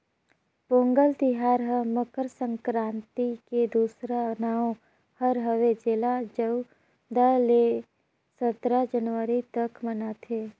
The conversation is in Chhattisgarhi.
पोगंल तिहार हर मकर संकरांति के दूसरा नांव हर हवे जेला चउदा ले सतरा जनवरी तक मनाथें